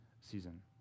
season